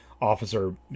officer